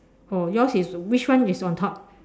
oh yours is which one is on top